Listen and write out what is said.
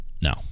No